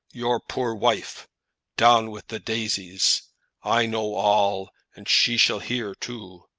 your poor wife down with the daises i know all, and she shall hear too.